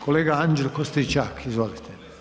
Kolega Anđelko Stričak, izvolite.